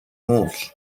moves